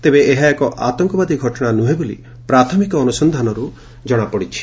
ତେବେ ଏହା ଏକ ଆତଙ୍କବାଦୀ ଘଟଣା ନୁହେଁ ବୋଲି ପ୍ରାଥମିକ ଅନୁସନ୍ଧାନରୁ ଜଣାପଡ଼ି ଛି